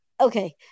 Okay